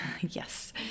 Yes